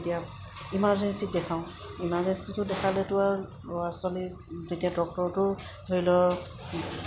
এতিয়া ইমাৰজেঞ্চিত দেখাওঁ ইমাৰজেঞ্চিটো দেখালেতো আৰু ল'ৰা ছোৱালী যেতিয়া ডক্টৰটো ধৰি লওক